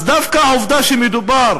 אז דווקא העובדה שמדובר